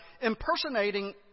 impersonating